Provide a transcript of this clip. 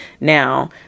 Now